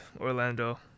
Orlando